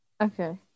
Okay